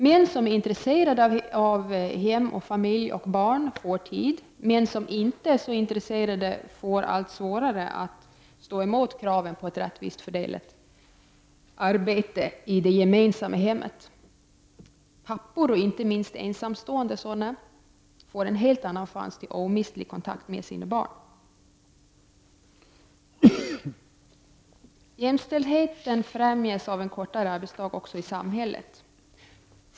Män som är intresserade av hem och barn får tid. Män som inte är så intresserade får det allt svårare att stå emot kraven på ett rättvist fördelat arbete i det gemensamma hemmet. Pappor, inte minst ensamstående sådana, får en helt annan chans till omistlig kontakt med sina barn. Jämställdhet i samhället främjas också av en kortare arbetsdag.